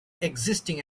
existing